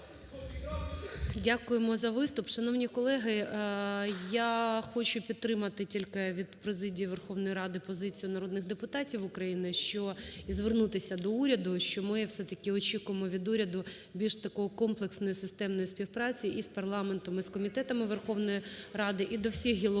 Дякуємо за виступ. Шановні колеги, я хочу підтримати тільки від Президії Верховної Ради позицію народних депутатів України, що… і звернутися до уряду, що ми все-таки очікуємо від уряду більш такої комплексної системної співпраці і з парламентом і з комітетами Верховної Ради, і до всіх гілок